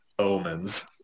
omens